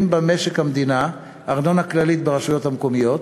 במשק המדינה (ארנונה כללית ברשויות המקומיות),